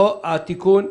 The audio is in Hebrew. התיקון ייכנס,